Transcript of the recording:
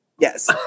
Yes